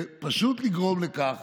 ופשוט לגרום לכך